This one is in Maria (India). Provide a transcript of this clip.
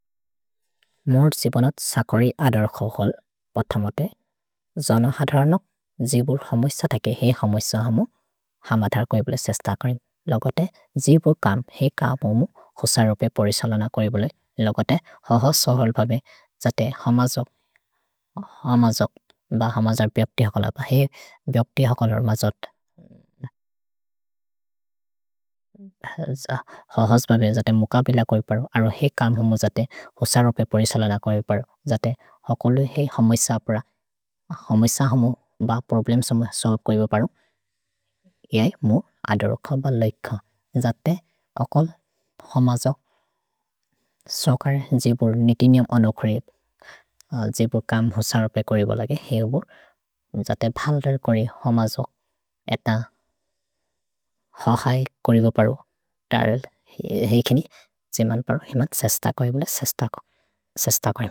मोर्द् जिबोनत् सकरि अदर् खोखोल्। पथमते, जन हधरनक् जिबुर् हमस दकि हेइ हमस हमु। हमधर् कोइबुले सेस्त करि। लोगते, जिबुर् कम्, हेइ कम् हुमु हुस रोपे परिसलन कोइबुले। लोगते, हहसहोल् भबे जते हमसोग्, हमसोग् ब हमसर् ब्यप्तिहकोलर्। भ हेइ ब्यप्तिहकोलर् मजोत् हहस् भबे जते मुकबिल कोइबर्। अरो हेइ कम् हुमु जते हुस रोपे परिसलन कोइबर्। जते हकोलु हेइ हमस अपुर। हमस हमु ब प्रोब्लेम् सम सोबे कोइबु परु। इएइ, मु अदरोख ब लैख। जते अकोल् हमसोग् सकरि जिबुर् नितिनिम् अनुकरिब्। जिबुर् कम् हुस रोपे कोरिबो लगे। हेइ हुबुर् जते भल्दर् कोरि हमसोग् एत हहै कोरिबो परु। तरेल्, हेइ किनि जिमन् परो हिमद् सेस्त कोइबुले। सेस्त को, सेस्त करि।